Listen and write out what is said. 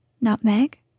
nutmeg